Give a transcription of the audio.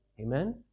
Amen